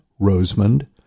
Rosemond